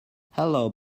hello